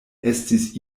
estis